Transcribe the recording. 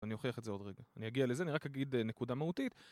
אני אוכיח את זה עוד רגע. אני אגיע לזה, אני רק אגיד נקודה מהותית.